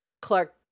clark